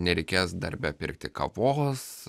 nereikės darbe pirkti kavos